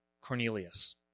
Cornelius